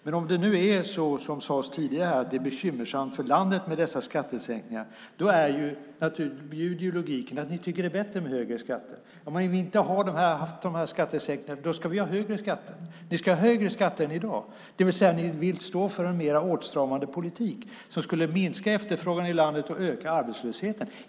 Men om det nu är så, som det sades tidigare, att det är bekymmersamt för landet med dessa skattesänkningar bjuder logiken att ni socialdemokrater tycker att det är bättre med högre skatter. Om vi inte har dessa skattesänkningar ska vi ha högre skatter. Ni socialdemokrater ska ha högre skatter än i dag, det vill säga att ni vill stå för en mer åtstramande politik som skulle minska efterfrågan i landet och öka arbetslösheten.